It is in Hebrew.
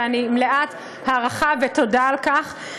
ואני מלאת הערכה ותודה על כך.